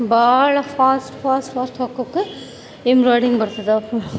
ಭಾಳ fast fast fast ಹಾಕೋಕೆ embroidering ಬರ್ತದೆ